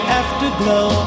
afterglow